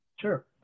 Sure